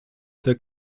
zur